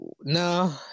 No